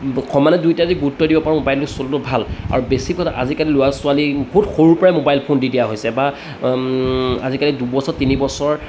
সমানে দুইটাই যদি গুৰুত্ব দিব পাৰোঁ মোবাইলটো চলোৱাটো ভাল আৰু বেছিকৈ আজিকালি ল'ৰা ছোৱালী বহুত সৰুৰ পৰাই মোবাইল ফোন দি দিয়া হৈছে বা আজিকালি দুবছৰ তিনিবছৰ